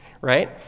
right